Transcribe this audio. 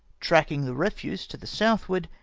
tracking the refuse to the southward,